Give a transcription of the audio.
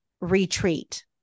retreat